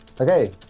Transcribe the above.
Okay